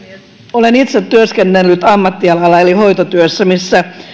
olen itse työskennellyt ammattialalla eli hoitotyössä missä